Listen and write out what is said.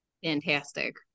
fantastic